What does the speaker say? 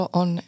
on